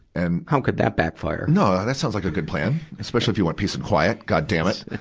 and how could that backfire? no, that sounds like a good plan, especially if you want peace and quiet, goddamn it!